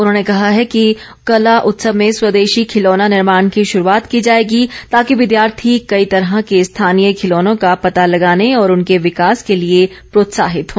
उन्होंने कहा है कि कला उत्सव में स्वदेशी खिलौना निर्माण की शुरूआत की जाएगी ताकि विद्यार्थी कई तरह के स्थानीय खिलौनों का पता लगाने और उनके विकास के लिए प्रोत्साहित हों